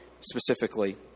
specifically